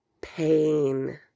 pain